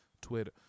Twitter